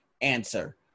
answer